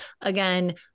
again